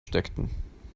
steckten